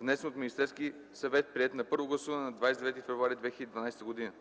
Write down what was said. внесен от Министерския съвет, приет на първо гласуване на 29 февруари 2012 г.